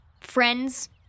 friends